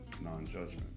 non-judgment